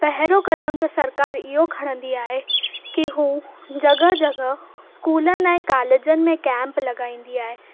पहरियों कदम त सरकारु इहो खणंदी आहे की उहा जॻह जॻह स्कूलनि ऐं कॉलेजनि में कैंप लॻाईंदी आहे